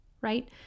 right